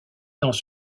dans